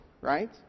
right